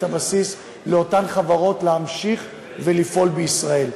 הבסיס לאותן חברות להמשיך ולפעול בישראל.